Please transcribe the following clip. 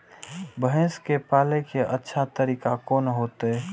भैंस के पाले के अच्छा तरीका कोन होते?